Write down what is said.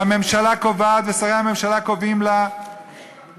והממשלה קובעת ושרי הממשלה קובעים לה ואין